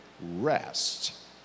rest